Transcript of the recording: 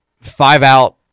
five-out